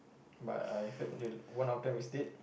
but I heard that one of them is dead